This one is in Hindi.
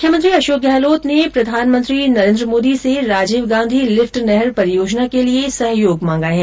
मुख्यमंत्री अशोक गहलोत ने प्रधानमंत्री से राजीव गांधी लिफ्ट नहर परियोजना के लिए सहयोग मांगा है